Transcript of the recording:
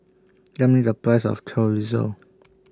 Tell Me The Price of Chorizo